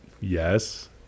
yes